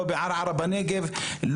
לא בערערה בנגב,